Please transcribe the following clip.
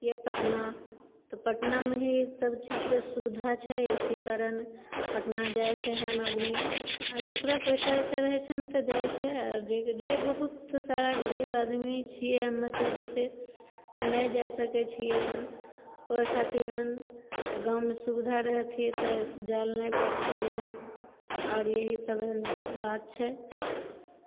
या पटना तऽ पटनामे ही सभचीजके सुविधा छै इसी कारण पटना जाइ छै एहन आदमी आ जकरा पइसा अइसा रहै छनि तऽ जाइ छै आ जे जे बहुत सारा गरीब आदमी छियै हमेसभ जइसे तऽ नहि जाए सकै छिहैन ओहि खातिर हन गाँवमे सुविधा रहथियै तऽ जायल नहि पाबतियैहनि आओर यहीसभ बात छै